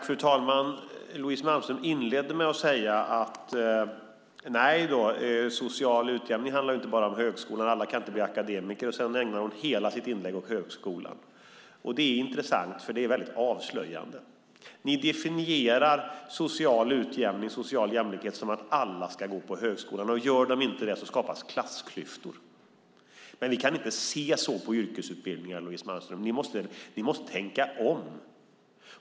Fru talman! Louise Malmström inledde med att säga att social utjämning inte bara handlar om högskolan och att inte alla kan bli akademiker. Sedan ägnar hon hela sitt inlägg åt högskolan. Det är intressant och väldigt avslöjande. Ni definierar social utjämning och social jämlikhet som att alla ska gå på högskolan; gör de inte det skapas klassklyftor. Men vi kan inte se så på yrkesutbildningar, Louise Malmström. Ni måste tänka om!